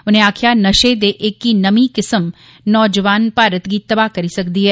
उनें आक्खेआ नशे दी एहकी नमीं किस्म नौजवान भारत गी तबाह करी सकदी ऐ